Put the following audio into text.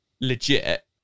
legit